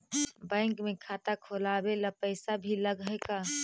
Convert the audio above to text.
Bank में खाता खोलाबे ल पैसा भी लग है का?